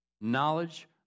knowledge